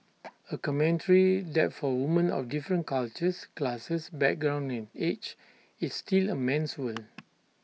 A commentary that for women of different cultures classes backgrounds and age it's still A man's world